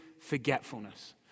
forgetfulness